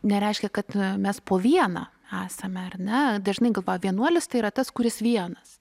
nereiškia kad mes po vieną esame ar ne dažnai galvoja vienuolis tai yra tas kuris vienas